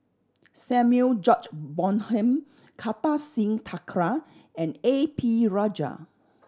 Samuel George Bonham Kartar Singh Thakral and A P Rajah